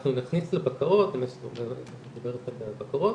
אנחנו נכניס לבקרות, את מדברת על בקרות,